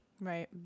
Right